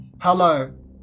Hello